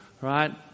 right